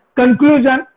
conclusion